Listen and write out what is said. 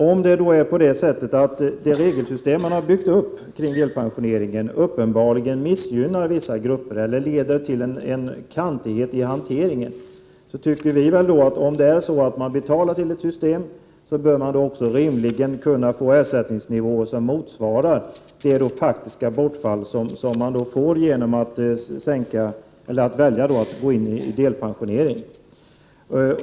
Om det regelsystem man har byggt upp kring delpensioneringen uppenbarligen missgynnar vissa grupper eller leder till kantighet i hanteringen, tycker vi att när man betalar till ett system bör man rimligen också kunna få den ersättningsnivå som motsvarar det faktiska bortfall som man får genom att gå in i delpensionering.